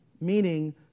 meaning